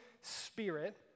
Spirit